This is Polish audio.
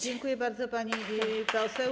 Dziękuję bardzo, pani poseł.